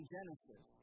Genesis